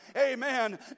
Amen